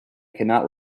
cannot